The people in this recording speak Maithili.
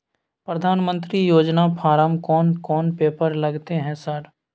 प्रधानमंत्री योजना फारम कोन कोन पेपर लगतै है सर?